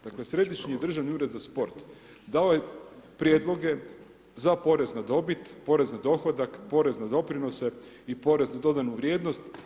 Dakle Središnji državni ured za sport, dao je prijedloge za porez na dobit, porez na dohodak, porez na doprinose i porez na dodanu vrijednost.